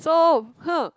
so hmm